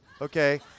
okay